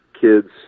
kids